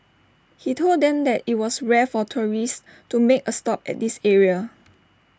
he told them that IT was rare for tourists to make A stop at this area